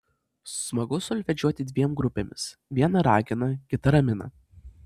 smagu solfedžiuoti dviem grupėmis viena ragina kita ramina